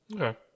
Okay